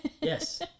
Yes